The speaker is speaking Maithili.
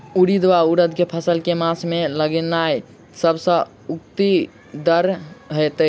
उड़ीद वा उड़द केँ फसल केँ मास मे लगेनाय सब सऽ उकीतगर हेतै?